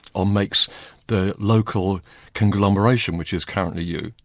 or makes the local conglomeration, which is currently you,